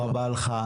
תודה רבה לך.